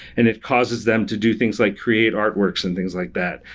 and it causes them to do things like create artworks and things like that.